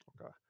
Okay